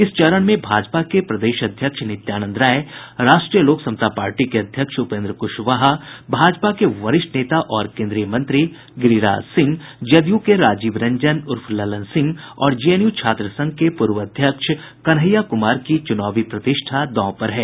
इस चरण में भाजपा के प्रदेश अध्यक्ष नित्यानंद राय राष्ट्रीय लोक समता पार्टी के अध्यक्ष उपेन्द्र कुशवाहा भाजपा के वरिष्ठ नेता और केन्द्रीय मंत्री गिरिराज सिंह जदयू के राजीव रंजन उर्फ ललन सिंह और जेएनयू छात्र संघ के पूर्व अध्यक्ष कन्हैया कुमार की चुनावी प्रतिष्ठा दांव पर है